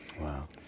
Wow